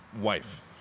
wife